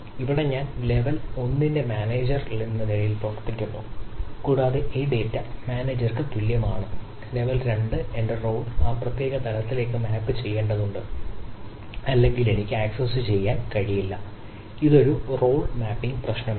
ഇവിടെ ഞാൻ ലെവൽ 1 ന്റെ മാനേജർ പ്രശ്നമാണ്